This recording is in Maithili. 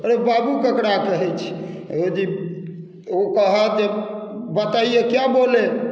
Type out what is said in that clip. अरे बाबू ककरा कहै छै ओजी ओ कहत जे बताइए क्या बोले